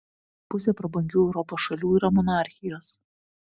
pusė prabangių europos šalių yra monarchijos